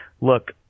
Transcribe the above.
look